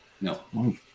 No